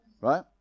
right